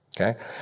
Okay